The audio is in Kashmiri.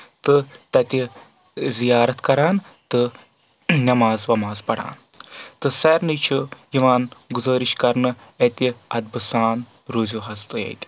تہٕ تَتہِ زِیارت کران تہٕ نؠماز وماز پران تہٕ سارنٕے چھُ یِوان گُزٲرِش کرنہٕ اَتہِ ادبہٕ سان روٗزِو حظ تُہۍ اَتہِ